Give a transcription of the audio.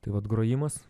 tai vat grojimas